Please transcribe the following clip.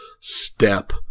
step